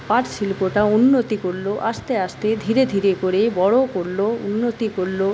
পাটশিল্পটা উন্নতি করল আস্তে আস্তে ধীরে ধীরে করে বড় করল উন্নতি করল